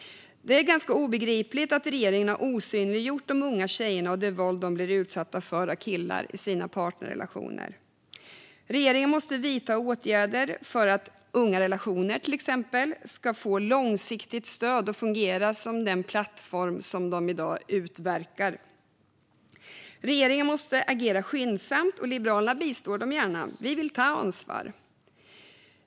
Det är obegripligt att regeringen har osynliggjort de unga tjejerna och det våld de blir utsatta för av killar i sina partnerrelationer. Regeringen måste vidta åtgärder för att till exempel Ungarelationer.se ska få långsiktigt stöd och bli en fungerande plattform. Regeringen måste agera skyndsamt, och Liberalerna bistår gärna. Vi vill ta ansvar.